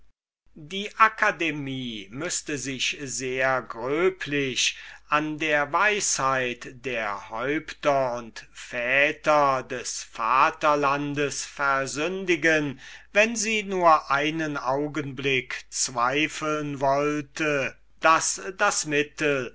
die akademie müßte sich sehr gröblich an der weisheit der häupter und väter des vaterlandes versündigen wenn sie nur einen augenblick zweifeln wollte daß das mittel